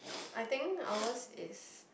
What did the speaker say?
I think ours is